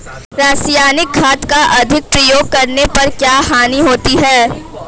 रासायनिक खाद का अधिक प्रयोग करने पर क्या हानि होती है?